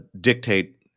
dictate